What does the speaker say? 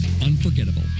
unforgettable